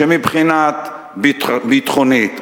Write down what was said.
שמבחינה ביטחונית,